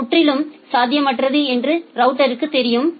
அது முற்றிலும் சாத்தியமற்றது என்று ரவுட்டர்க்கு தெரியும்